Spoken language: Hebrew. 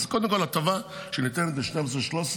אז קודם כול, הטבה שניתנת ל-12 ו-13,